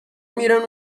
میرن